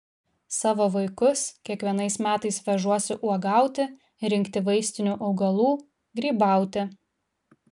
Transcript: savo vaikus kiekvienais metais vežuosi uogauti rinkti vaistinių augalų grybauti